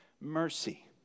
mercy